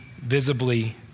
visibly